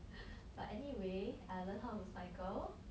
but anyway I learnt how to cycle